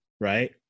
right